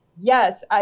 Yes